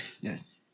Yes